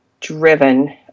driven